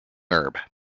herb